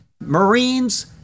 Marines